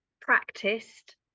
practiced